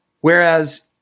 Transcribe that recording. Whereas